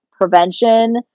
prevention